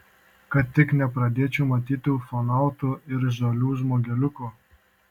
kad tik nepradėčiau matyti ufonautų ir žalių žmogeliukų